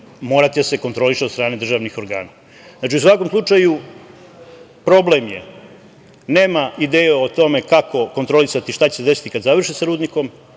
morati da se kontroliše od strane državnih organa. Znači, u svakom slučaju problem je nema ideje o tome kako kontrolisati, šta će se desiti kada završe sa rudnikom.